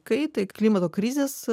kaitą į klimato krizės